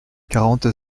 quarante